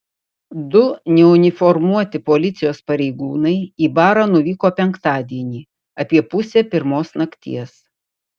du neuniformuoti policijos pareigūnai į barą nuvyko penktadienį apie pusę pirmos nakties